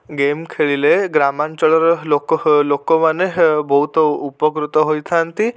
game ଖେଳିଲେ ଗ୍ରାମାଞ୍ଚଳର ଲୋକ ଲୋକମାନେ ବହୁତ ଉପକୃତ ହୋଇଥାନ୍ତି